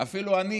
אפילו אני